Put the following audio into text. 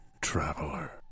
traveler